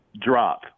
drop